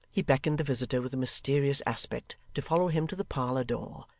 he beckoned the visitor with a mysterious aspect to follow him to the parlour-door,